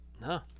No